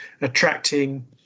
attracting